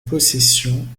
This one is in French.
possession